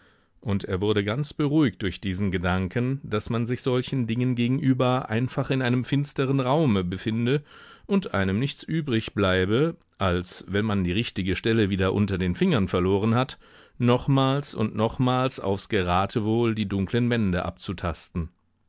und er wurde ganz beruhigt durch diesen gedanken daß man sich solchen dingen gegenüber einfach in einem finsteren raume befinde und einem nichts übrig bleibe als wenn man die richtige stelle wieder unter den fingern verloren hat nochmals und nochmals aufs geratewohl die dunklen wände abzutasten